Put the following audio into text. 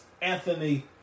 Anthony